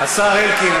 השר אלקין,